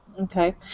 Okay